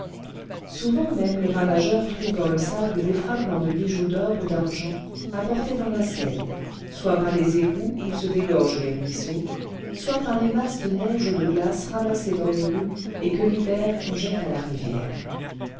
souvent même les ravageurs trouvent dans le sable des fragments de bijoux d'or ou d'argent apportés dans la seine soit par les égouts où se dégorgent les ruisseaux soit par les masses de neige ou de glace ramassées dans les rues et que l'hiver on jette à la rivière